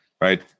Right